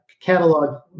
catalog